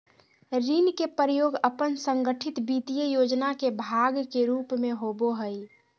ऋण के प्रयोग अपन संगठित वित्तीय योजना के भाग के रूप में होबो हइ